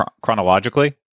chronologically